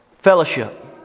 Fellowship